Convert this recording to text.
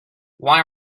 why